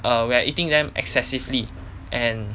err we're eating them excessively and